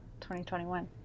2021